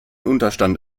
unterstand